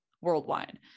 worldwide